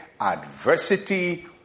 adversity